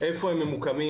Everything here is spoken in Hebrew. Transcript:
איפה הם ממוקמים.